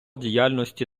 діяльності